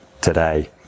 today